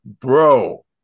bro